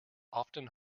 often